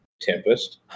Tempest